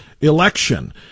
election